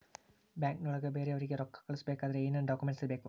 ಬ್ಯಾಂಕ್ನೊಳಗ ಬೇರೆಯವರಿಗೆ ರೊಕ್ಕ ಕಳಿಸಬೇಕಾದರೆ ಏನೇನ್ ಡಾಕುಮೆಂಟ್ಸ್ ಬೇಕು?